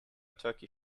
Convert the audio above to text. turkey